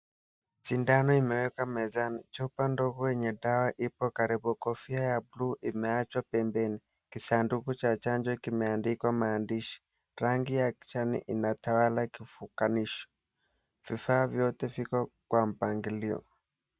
Sindano imewekwa mezani. Chupa ndogo yenye dawa ipo karibu. Kofia ya buluu imeachwa pembeni. Kisanduku cha chanjo kimeandikwa maandishi. Rangi ya inatawala kivukanishi. Vifaa vyote viko kwa mpangilio.